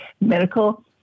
medical